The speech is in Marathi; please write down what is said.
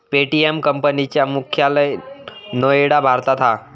पे.टी.एम कंपनी चा मुख्यालय नोएडा भारतात हा